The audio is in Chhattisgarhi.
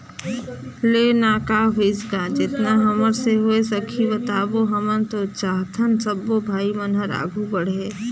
ले ना का होइस गा जेतना हमर से होय सकही बताबो हमन तो चाहथन सबो भाई मन हर आघू बढ़े